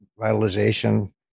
vitalization